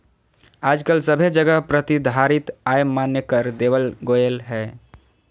आजकल सभे जगह प्रतिधारित आय मान्य कर देवल गेलय हें